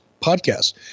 podcast